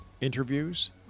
interviews